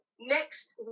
next